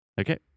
Okay